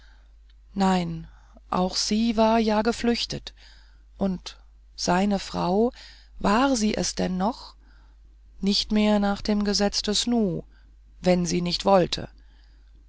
nein auch sie war ja geflüchtet und seine frau war sie es denn noch nicht mehr nach dem gesetz des nu wenn sie nicht wollte